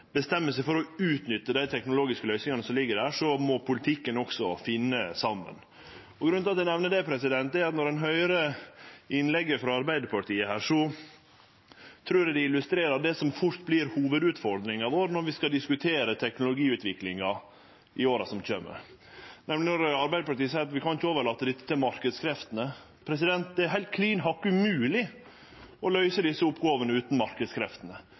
bestemmer seg for å utnytte dei teknologiske løysingane som ligg der, må politikken også finne saman. Grunnen til at eg nemner det, er det eg høyrer i innlegget frå Arbeidarpartiet. Eg trur det illustrerer det som fort vert hovudutfordringa vår når vi skal diskutere teknologiutviklinga i åra som kjem, nemleg når Arbeidarpartiet seier vi ikkje kan overlate dette til marknadskreftene. Det er heilt klin hakke umogleg å løyse desse oppgåvene utan